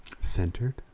Centered